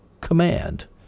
command